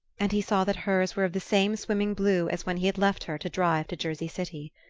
and he saw that hers were of the same swimming blue as when he had left her to drive to jersey city.